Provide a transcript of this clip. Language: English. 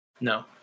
No